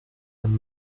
and